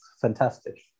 fantastic